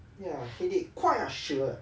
ya so did